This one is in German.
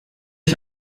ich